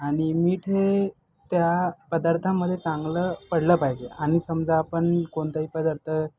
आणि मीठ त्या पदार्थामध्ये चांगलं पडलं पाहिजे आणि समजा आपण कोणताही पदार्थ